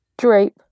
Drape